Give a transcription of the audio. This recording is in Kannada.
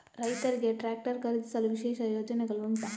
ರೈತರಿಗೆ ಟ್ರಾಕ್ಟರ್ ಖರೀದಿಸಲು ವಿಶೇಷ ಯೋಜನೆಗಳು ಉಂಟಾ?